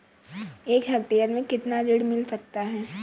एक हेक्टेयर में कितना ऋण मिल सकता है?